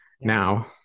now